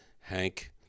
Hank